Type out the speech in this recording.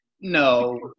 No